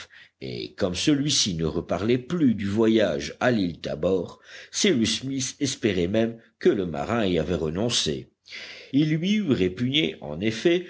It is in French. et comme celui-ci ne reparlait plus du voyage à l'île tabor cyrus smith espérait même que le marin y avait renoncé il lui eût répugné en effet